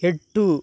எட்டு